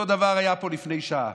אותו דבר היה פה לפני שעה.